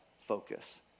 focus